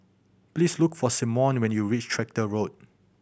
please look for Simeon when you reach Tractor Road